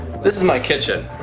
this is my kitchen.